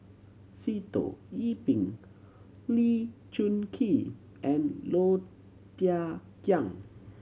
Sitoh Yih Pin Lee Choon Kee and Low Thia Khiang